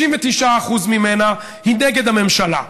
99% ממנה היא נגד הממשלה.